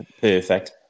perfect